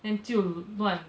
then 就乱